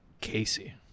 Casey